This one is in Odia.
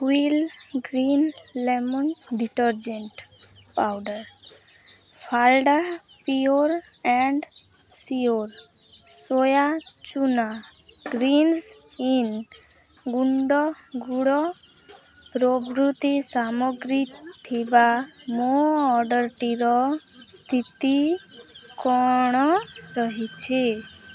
wheel green lemon detergent powder ଫାଲାଡ଼ା ପିୟୋର୍ ଆଣ୍ଡ୍ ସିଓର୍ ସୋୟା ଚୂନା ଗ୍ରୀଞ୍ଜ ଇନ୍ ଗୁଣ୍ଡ ଗୁଡ଼ ପ୍ରଭୃତି ସାମଗ୍ରୀ ଥିବା ମୋ ଅର୍ଡ଼ର୍ଟିର ସ୍ଥିତି କ'ଣ ରହିଛି